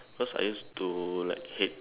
cause I used to like hate